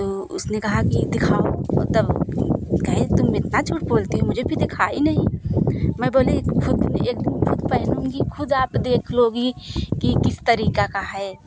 तो उसने कहा कि दिखाओ कहे तुम इतना झूट बोलती हो मुझे भी दिखाई नहीं मैं बोली खुद एक दिन पहनूँगी खुद आप देख लोगी की किस तरीका का है